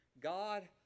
God